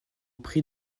prie